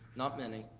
not many,